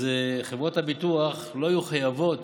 אז חברות הביטוח לא היו חייבות